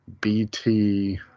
BT